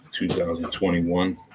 2021